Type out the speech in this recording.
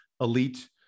elite